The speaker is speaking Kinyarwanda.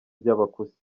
ry’abakusi